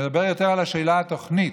נדבר יותר על השאלה התוכנית,